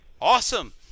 awesome